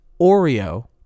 oreo